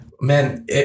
Man